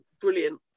brilliant